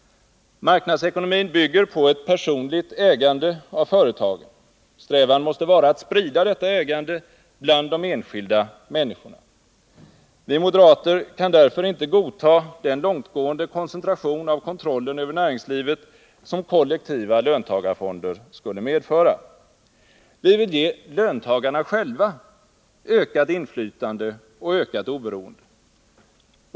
Marknadsekonomin bygger på ett personligt ägande av företagen. Strävan måste vara att sprida detta ägande bland de enskilda människorna. Vi moderater kan därför inte godta den långtgående koncentration av kontrollen över näringslivet som kollektiva löntagarfonder skulle medföra. Vi vill ge löntagarna själva ökat inflytande och ökat oberoende.